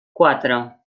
quatre